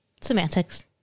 semantics